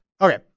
Okay